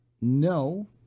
no